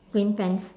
green pants